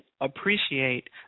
appreciate